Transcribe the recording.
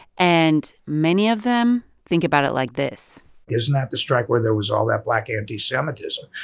and many of them think about it like this isn't that the strike where there was all that black anti-semitism?